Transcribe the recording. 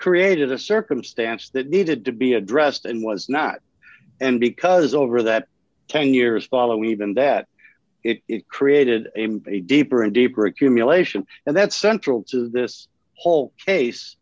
created a circumstance that needed to be addressed and was not and because over that ten years following even that it created a deeper and deeper accumulation and that's central to this whole case